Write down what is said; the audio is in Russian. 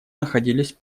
находились